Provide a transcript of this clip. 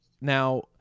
Now